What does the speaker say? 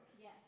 Yes